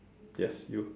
yes you